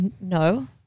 no